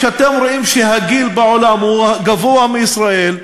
כשאתם רואים שהגיל בעולם גבוה מהגיל ישראל,